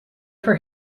for